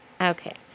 Okay